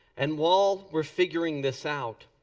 and while we're figuring this out